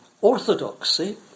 orthodoxy